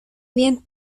bien